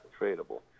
tradable